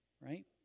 right